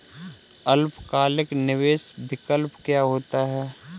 अल्पकालिक निवेश विकल्प क्या होता है?